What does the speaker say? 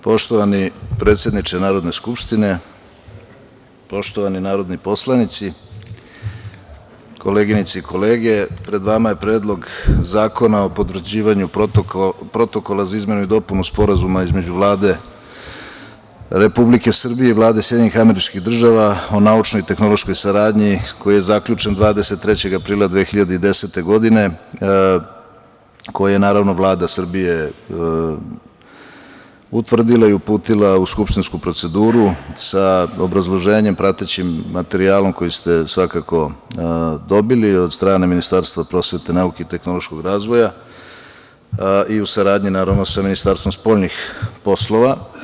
Poštovani predsedniče Narodne skupštine, poštovani narodni poslanici, koleginice i kolege, Pred nama je Predlog zakona o potvrđivanju Protokola za izmenu i dopunu Sporazuma između Vlade Republike Srbije i Vlade Sjedinjenih Američkih Država o naučno-tehnološkoj saradnji, koji je zaključen 23. aprila 2010. godine, koji je Vlada Srbije utvrdila i uputila u skupštinsku proceduru sa obrazloženjem, pratećim materijalom koji ste dobili od strane Ministarstva prosvete, nauke i tehnološkog razvoja i u saradnji sa Ministarstvom spoljnih poslova.